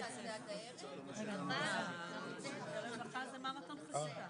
אני מאחלת לכם בהצלחה.